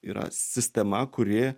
yra sistema kuri